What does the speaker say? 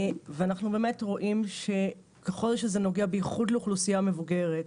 אנחנו רואים שככל שזה נוגע בייחוד לאוכלוסייה מבוגרת,